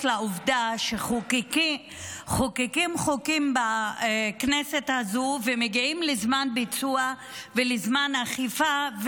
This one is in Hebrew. לעובדה שמחוקקים חוקים בכנסת הזו ומגיעים לזמן ביצוע ולזמן אכיפה,